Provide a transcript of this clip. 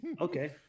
Okay